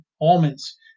almonds